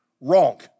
wrong